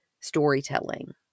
storytelling